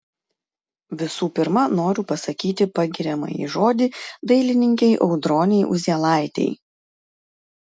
visų pirma noriu pasakyti pagiriamąjį žodį dailininkei audronei uzielaitei